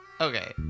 Okay